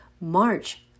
March